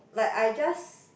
like I just